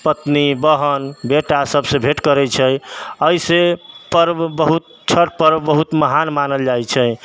पत्नी बहन बेटा सबसँ भेँट करै छै एहिसँ पर्व बहुत छठ पर्व बहुत महान मानल जाइ छै